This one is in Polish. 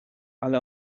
ale